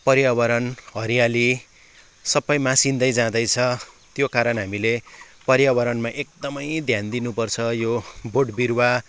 पर्यावरण हरियाली सबै मासिँदै जाँदैछ त्यो कारण हामीले पर्यावरणमा एकदमै ध्यान दिनुपर्छ यो बोट बिरुवा